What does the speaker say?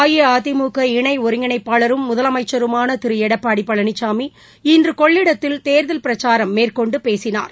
அஇஅதிமுக இணை ஒருங்கிணைப்பாளரும் முதலமைச்சருமான திரு எடப்பாடி பழனிசாமி இன்று கொள்ளிடத்தில் தேர்தல் பிரச்சாரம் மேற்கொண்டு பேசினார்